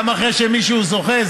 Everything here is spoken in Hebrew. גם אחרי שמישהו זוכה,